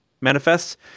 manifests